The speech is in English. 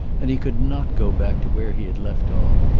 and he could not go back to where he had left off.